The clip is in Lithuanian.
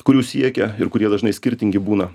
kurių siekia ir kurie dažnai skirtingi būna